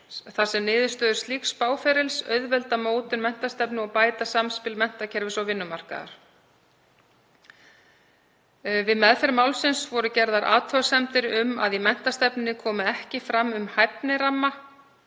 þar sem niðurstöður slíks spáferils auðvelda mótun menntastefnu og bæta samspil menntakerfis og vinnumarkaðar. Við meðferð málsins voru gerðar athugasemdir um að í menntastefnunni komi ekkert fram um hæfniramma